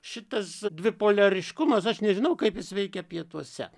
šitas dvi poliariškumas aš nežinau kaip jis veikia pietuose